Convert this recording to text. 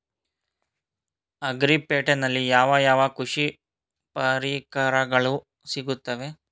Agri ಪೇಟೆನಲ್ಲಿ ಯಾವ ಯಾವ ಕೃಷಿ ಪರಿಕರಗಳು ಸಿಗುತ್ತವೆ?